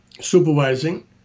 supervising